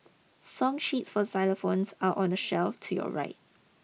song sheets for xylophones are on the shelf to your right